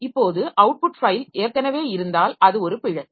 இப்போது output file ஏற்கனவே இருந்தால் அது ஒரு பிழை